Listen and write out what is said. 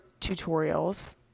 tutorials